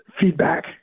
feedback